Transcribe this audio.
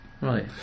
Right